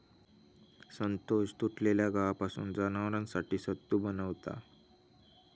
संतोष तुटलेल्या गव्हापासून जनावरांसाठी सत्तू बनवता